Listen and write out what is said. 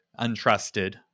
untrusted